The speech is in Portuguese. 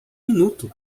minuto